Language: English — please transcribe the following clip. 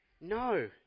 No